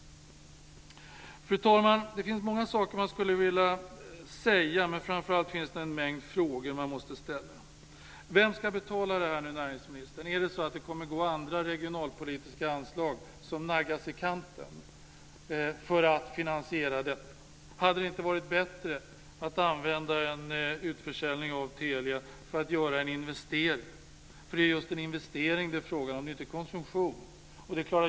Fru talman! Det finns många saker man skulle vilja säga, men framför allt finns det en mängd frågor man måste ställa. Vem ska betala det här, näringsministern? Är det så att andra regionalpolitiska anslag kommer att naggas i kanten för att man ska finansiera detta? Hade det inte varit bättre att använda en utförsäljning av Telia för att göra en investering? För det är just en investering det är fråga om. Det är inte konsumtion.